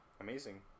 amazing